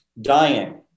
dying